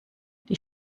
die